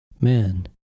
Man